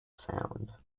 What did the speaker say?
sound